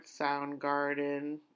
Soundgarden